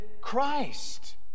Christ